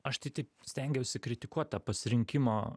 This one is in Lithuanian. aš tai taip stengiausi kritikuot tą pasirinkimo